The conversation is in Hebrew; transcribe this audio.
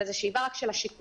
אלא זה שאיבה רק של השיקולים.